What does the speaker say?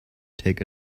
take